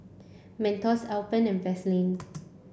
Mentos Alpen and Vaseline